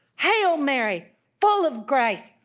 hail mary full of grace,